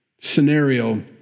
scenario